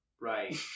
right